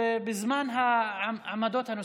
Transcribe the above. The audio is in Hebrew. בזמן העמדות הנוספות,